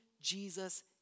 Jesus